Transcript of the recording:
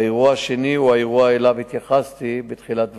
האירוע השני הוא האירוע שאליו התייחסתי בתחילת דברי.